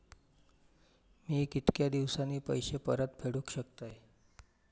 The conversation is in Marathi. मी कीतक्या दिवसांनी पैसे परत फेडुक शकतय?